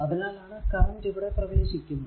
അതിനാലാണ് കറന്റ് ഇവിടെ പ്രവേശിക്കുന്നത്